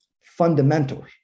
fundamental